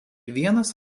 vienas